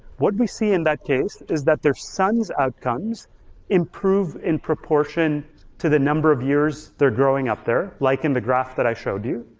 what we see in that case is that their son's outcomes improve in proportion to the number of years they're growing up there, like in the graph that i showed you.